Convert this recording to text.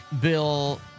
Bill